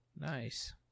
Nice